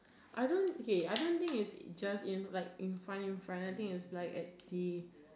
I don't okay I don't think is just in like in front in front I think is at like the